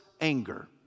anger